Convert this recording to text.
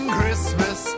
Christmas